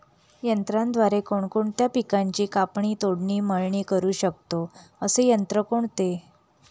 यंत्राद्वारे कोणकोणत्या पिकांची कापणी, तोडणी, मळणी करु शकतो, असे यंत्र कोणते?